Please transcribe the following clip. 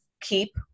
keep